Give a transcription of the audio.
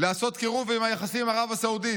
לעשות קירוב עם היחסים עם ערב הסעודית.